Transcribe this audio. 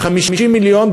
ב-50 מיליון,